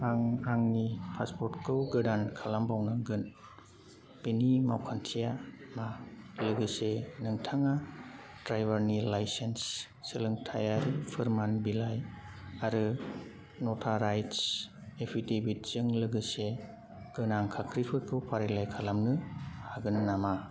आं आंनि पासपर्टखौ गोदान खालामबावनांगोन बेनि मावखान्थिया मा लोगोसे नोंथाङा ड्राइभारनि लाइसेनस सोलोंथायारि फोरमान बिलाइ आरो नटाराइज्ड एफिडेविटजों लोगोसे गोनां खाख्रिफोरखौ फारिलाइ खालामनो हागोन नामा